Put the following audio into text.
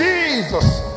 Jesus